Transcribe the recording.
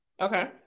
Okay